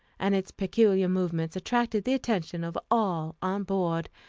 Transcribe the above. and its peculiar movements attracted the attention of all on board.